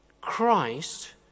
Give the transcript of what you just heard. Christ